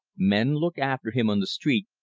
men look after him on the street,